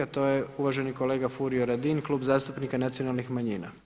To je uvaženi kolega Furio Radin, Klub zastupnika nacionalnih manjina.